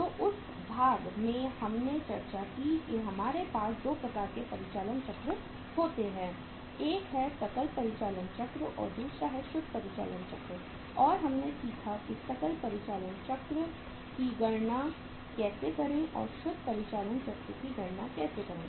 तो उस भाग में हमने चर्चा की कि हमारे पास 2 प्रकारके परिचालन चक्र होते हैं एक हैं सकल परिचालन चक्र और दूसरा हैं शुद्ध परिचालन चक्र और हमने सीखा कि सकल परिचालन चक्र की गणना कैसे करें और शुद्ध परिचालन चक्र की गणना कैसे करें